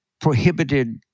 prohibited